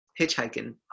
hitchhiking